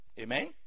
amen